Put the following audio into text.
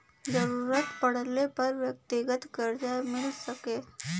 जरूरत पड़ले पर व्यक्तिगत करजा मिल सके